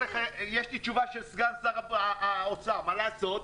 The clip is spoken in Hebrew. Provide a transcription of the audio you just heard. יש לי תשובה של סגן שר האוצר, מה לעשות?